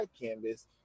canvas